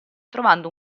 trovando